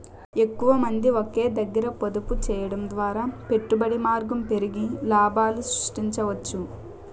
ఎక్కువమంది ఒకే దగ్గర పొదుపు చేయడం ద్వారా పెట్టుబడి మార్గం పెరిగి లాభాలు సృష్టించవచ్చు